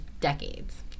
decades